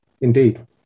Indeed